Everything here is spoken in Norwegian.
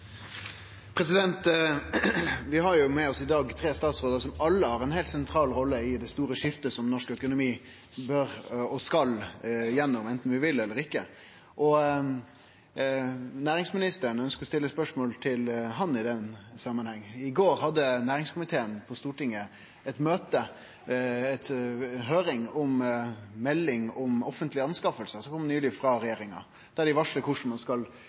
heilt sentral rolle i det store skiftet som norsk økonomi bør og skal gjennom, anten vi vil eller ikkje. Eg ønskjer i den samanhengen å stille spørsmål til næringsministeren. I går hadde næringskomiteen på Stortinget ei høyring om stortingsmeldinga om offentlege anskaffingar som kom nyleg, der regjeringa varslar kva strategi ein skal